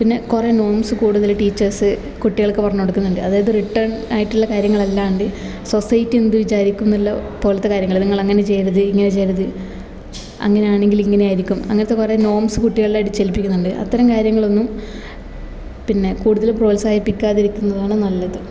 പിന്നെ കുറേ നോംസ് കുടുതൽ ടീച്ചേഴ്സ് കുട്ടികൾക്ക് പറഞ്ഞു കൊടുക്കുന്നുണ്ട് അതായത് റിട്ടേൺ ആയിട്ടുള്ള കാര്യങ്ങള് അല്ലാണ്ട് സൊസൈറ്റി എന്ത് വിചാരിക്കുമെന്നുള്ള പോലത്തെ കാര്യങ്ങള് നിങ്ങളങ്ങനെ ചെയ്യരുത് ഇങ്ങനെ ചെയ്യരുത് അങ്ങനെയാണെങ്കില് ഇങ്ങനെയായിരിക്കും അങ്ങനത്തെ കുറേ നോംസ് കുട്ടികളിൽ അടിച്ചേൽപ്പിക്കുന്നുണ്ട് അത്തരം കാര്യങ്ങളൊന്നും പിന്നെ കൂടുതല് പ്രോസ്താഹിപ്പിക്കാതിരിക്കുന്നതാണ് നല്ലത്